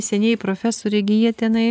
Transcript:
senieji profesoriai gi jie tenai